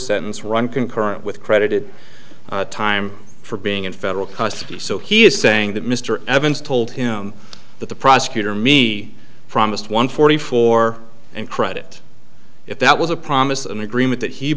sentence run concurrent with credited time for being in federal custody so he is saying that mr evans told him that the prosecutor me from just one forty four and credit if that was a promise an agreement that he